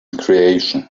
creation